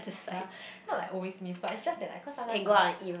yea not like always miss but it's just that like cause sometimes mah